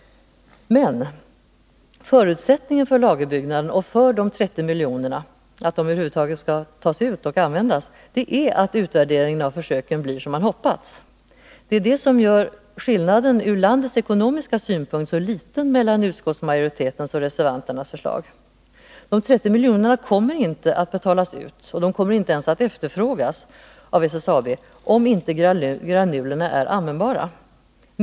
Men förutsättningen för att lagerbyggnaden skall uppföras och för att de 30 miljonerna verkligen skall tas ut och användas är att utvärderingen av försöken blir den man hoppats. Det är det som gör skillnaden ur landets ekonomiska synpunkt så liten mellan utskottsmajoritetens och reservanternas förslag. De 30 miljonerna kommer inte att betalas ut och inte ens att efterfrågas av SSAB, om inte granulerna är användbara.